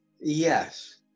yes